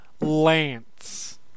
lance